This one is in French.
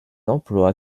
emploi